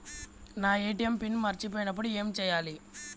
నా ATM pin మరచిపోయినప్పుడు ఏమి చేయాలి?